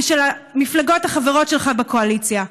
ושל המפלגות החברות בקואליציה שלך.